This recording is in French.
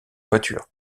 voiture